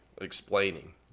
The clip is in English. explaining